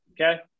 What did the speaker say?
okay